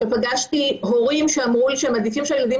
פגשתי הורים שאמרו לי שהם מעדיפים שהילדים